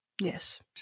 yes